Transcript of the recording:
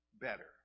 better